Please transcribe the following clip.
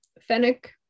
Fennec